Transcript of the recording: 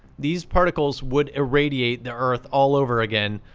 these particles would irradiate the earth all over again,